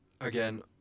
Again